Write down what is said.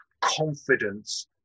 confidence